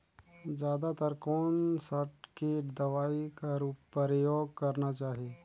जादा तर कोन स किट दवाई कर प्रयोग करना चाही?